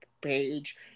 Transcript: page